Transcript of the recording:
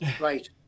Right